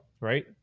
right